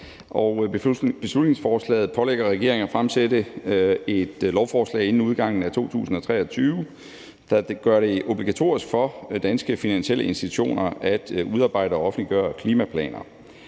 Beslutningsforslaget pålægger regeringen at fremsætte et lovforslag inden udgangen af 2023, der gør det obligatorisk for danske finansielle institutioner at udarbejde og offentliggøre klimaplaner.